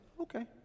Okay